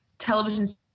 television